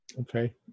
Okay